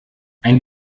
ein